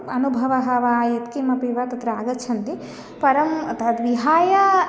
अनुभवः वा व्यक्तिमपि वा तत्र आगच्छन्ति परं तद्विहाय